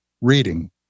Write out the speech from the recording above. reading